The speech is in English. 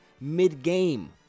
mid-game